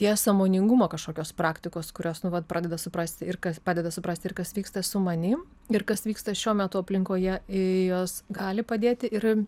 yra sąmoningumo kažkokios praktikos kurios nu vat pradeda suprasti ir kas padeda suprasti ir kas vyksta su manim ir kas vyksta šiuo metu aplinkoje jos gali padėti ir